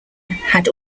had